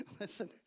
Listen